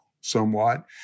somewhat